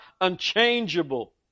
Unchangeable